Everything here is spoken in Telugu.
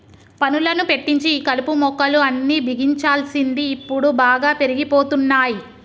పనులను పెట్టించి ఈ కలుపు మొక్కలు అన్ని బిగించాల్సింది ఇప్పుడు బాగా పెరిగిపోతున్నాయి